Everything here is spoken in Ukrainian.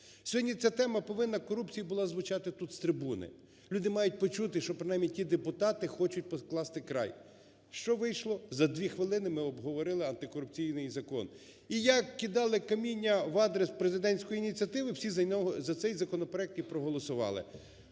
Сьогодні ця тема повинна – корупції – була звучати тут з трибуни. Люди мають почути, що принаймні ті депутати хочуть покласти край. Що вийшло? За дві хвилини ми обговорили антикорупційний закон, і як кидали каміння в адрес президентської ініціативи – всі за нього, за цей законопроект і проголосували.